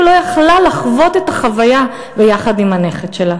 לא הייתה יכולה לחוות את החוויה יחד עם הנכד שלה.